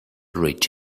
reach